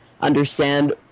understand